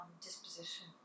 disposition